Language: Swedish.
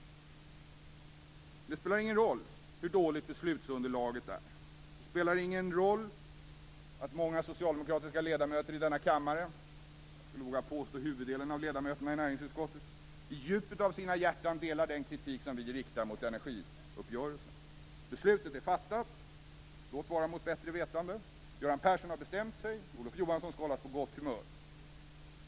Det spelar ingen roll hur dåligt beslutsunderlaget är. Det spelar ingen roll att många socialdemokratiska ledamöter i denna kammare - jag skulle våga påstå att det gäller huvuddelen av ledamöterna i näringsutskottet - i djupet av sina hjärtan delar den kritik som vi riktar mot energiuppgörelsen. Beslutet är fattat, låt vara mot bättre vetande. Göran Person har bestämt sig. Olof Johansson skall hållas på gott humör.